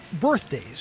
birthdays